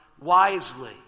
wisely